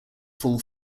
fall